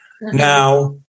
Now